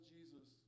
Jesus